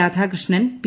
Radhakrishnan P